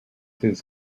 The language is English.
his